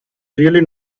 really